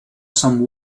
some